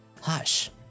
Hush